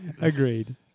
Agreed